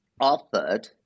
offered